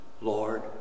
Lord